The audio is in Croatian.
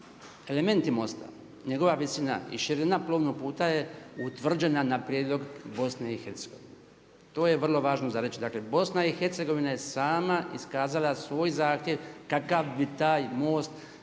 elementi MOST-a, njegova visina i širina plovnog puta je utvrđena na prijedlog BiH. To je vrlo važno za reći, dakle, BiH je sama iskazala svoj zahtjev kakav bi taj most